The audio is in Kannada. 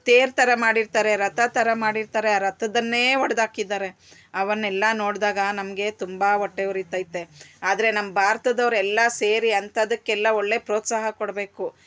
ತೇರು ಥರ ಮಾಡಿರ್ತಾರೆ ರಥ ಥರ ಮಾಡಿರ್ತಾರೆ ಆ ರಥದ್ದನ್ನೇ ಒಡೆದಾಕಿದ್ದಾರೆ ಅವನ್ನೆಲ್ಲ ನೋಡಿದಾಗ ನಮಗೆ ತುಂಬ ಹೊಟ್ಟೆ ಉರಿತೈತೆ ಆದರೆ ನಮ್ಮ ಭಾರತದವ್ರೆಲ್ಲಾ ಸೇರಿ ಅಂಥಾದಕ್ಕೆಲ್ಲ ಒಳ್ಳೆ ಪ್ರೋತ್ಸಾಹ ಕೊಡಬೇಕು